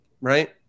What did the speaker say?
right